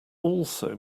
also